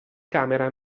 camera